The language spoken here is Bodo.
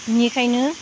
बिनिखायनो